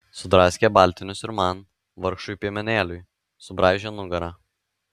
sudraskė baltinius ir man vargšui piemenėliui subraižė nugarą